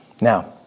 Now